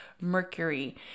Mercury